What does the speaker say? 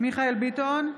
מיכאל מרדכי ביטון,